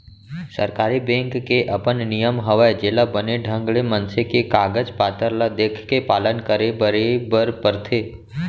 सरकारी बेंक के अपन नियम हवय जेला बने ढंग ले मनसे के कागज पातर ल देखके पालन करे बरे बर परथे